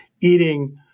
eating